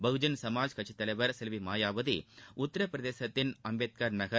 பகுஜன் சமாஜ் கட்சி தலைவர் செல்வி மாயாவதி உத்தரபிரதேசத்தின் அம்பேத்கர் நகர்